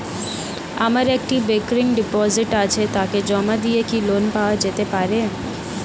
আমার একটি recurring deposit আছে তাকে জমা দিয়ে কি লোন পাওয়া যেতে পারে?